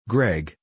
Greg